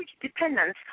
dependence